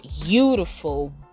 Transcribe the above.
beautiful